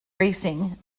bracing